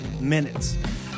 minutes